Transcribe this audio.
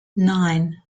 nine